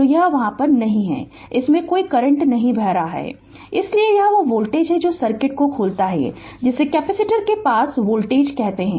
तो यह वहां नहीं है और इससे कोई करंट नहीं बह रहा है इसलिए यह वह वोल्टेज है जो सर्किट को खोलता है जिसे कैपेसिटर के पार वोल्टेज कहते हैं